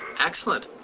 Excellent